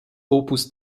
opus